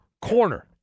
corner